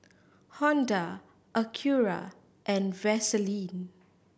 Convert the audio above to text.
Honda Acura and Vaseline